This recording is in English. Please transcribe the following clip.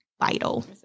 vital